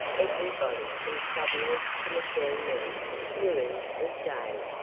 everybody from shovelers to machine men knew him as dave,